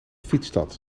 fietsstad